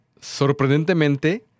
Sorprendentemente